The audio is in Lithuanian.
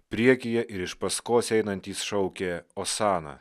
priekyje ir iš paskos einantys šaukė osana